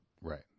right